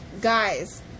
Guys